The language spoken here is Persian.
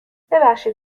ببخشید